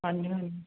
ਹਾਂਜੀ ਹਾਂਜੀ